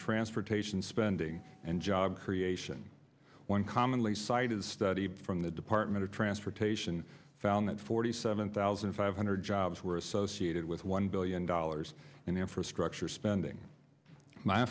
transportation spending and job creation one commonly cited study from the department of transportation found that forty seven thousand five hundred jobs were associated with one billion dollars in infrastructure spending